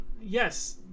yes